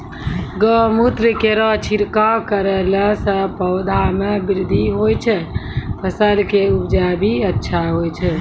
गौमूत्र केरो छिड़काव करला से पौधा मे बृद्धि होय छै फसल के उपजे भी अच्छा होय छै?